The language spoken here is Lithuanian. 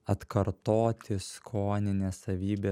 atkartoti skonines savybe